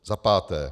Za páté.